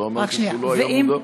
לא אמרתי שהוא לא היה מודע.